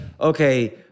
okay